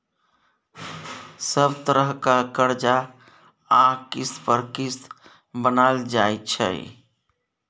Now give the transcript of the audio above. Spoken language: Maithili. सब तरहक करजा आ किस्त पर किस्त बनाएल जाइ छै